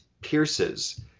pierces